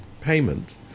payment